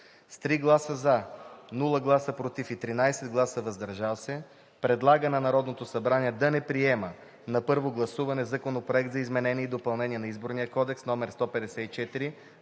с 3 гласа „за“, без „против“ и 13 гласа „въздържал се“ предлага на Народното събрание да не приеме на първо гласуване Законопроект за изменение и допълнение на Изборния кодекс, №